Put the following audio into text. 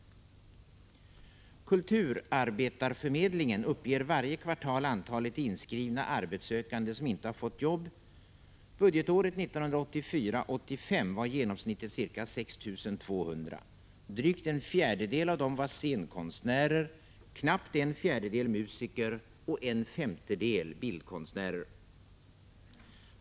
Kulturarbetarförmedlingen redovisar varje kvartal antalet inskrivna arbetssökande som inte har fått jobb. Budgetåret 1984/85 var genomsnittet ca 6 200. Drygt en fjärdedel av dem var scenkonstnärer, knappt en fjärdedel musiker och en femtedel bildkonstnärer.